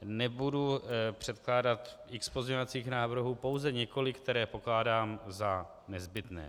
Nebudu předkládat x pozměňovacích návrhů, pouze několik, které pokládám za nezbytné.